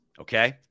Okay